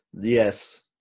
Yes